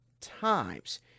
times